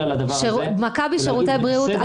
מכבי שירותי בריאות,